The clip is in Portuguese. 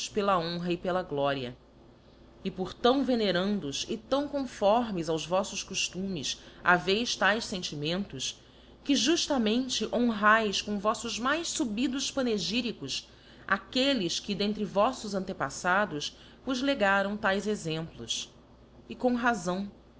pela honra e pela gloria e por tão venerandos e tão conformes aos voflbs coftumes haveis taes fentimentos que juftamente honraes com voífos mais fubidos panegyricos aquelles que d'entre voífos antepaífados vos legaram taes exemplos e com razão